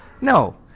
no